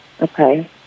Okay